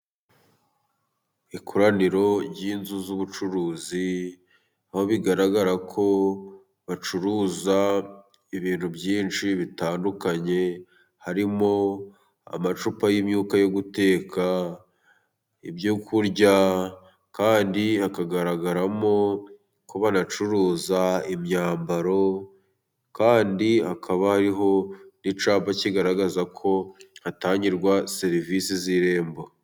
Ikoraniro ry'inzu z'ubucuruzi aho bigaragara ko bacuruza ibintu byinshi bitandukanye, harimo: amacupa y'imyuka yo guteka, ibyo kurya, kandi hakagaragaramo ko banacuruza imyambaro, kandi hakaba hariho icyapa kigaragaza ko hatangirwa serivisi z'irembo.